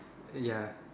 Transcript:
ya